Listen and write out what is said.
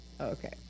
Okay